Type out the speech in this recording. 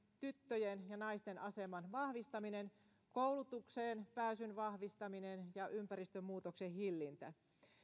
tyttöjen ja naisten aseman vahvistaminen koulutukseen pääsyn vahvistaminen ja ympäristönmuutoksen hillintä